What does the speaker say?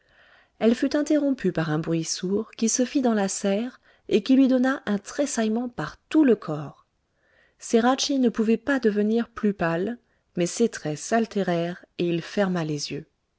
elle fut interrompue par un bruit sourd qui se fit dans la serre et qui lui donna un tressaillement par tout le corps ceracchi ne pouvait pas devenir plus pâle mais ses traits s'altérèrent et il ferma les yeux